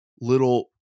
little